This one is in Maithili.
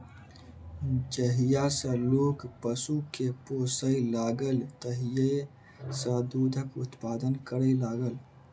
जहिया सॅ लोक पशु के पोसय लागल तहिये सॅ दूधक उत्पादन करय लागल